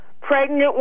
pregnant